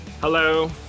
Hello